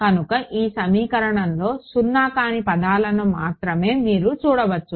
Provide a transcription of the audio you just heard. కనుక ఈ సమీకరణంలో సున్నా కాని పదాలను మాత్రమే మీరు చూడవచ్చు